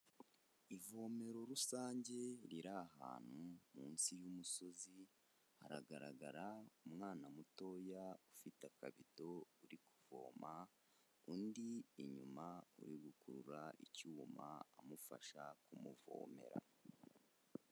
Ivomero rusange riri ahantu munsi y'umusozi, haragaragara umwana mutoya ufite akabido uri kuvoma, undi inyuma uri gukurura icyuma amufasha kumuvomera.